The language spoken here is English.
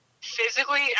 physically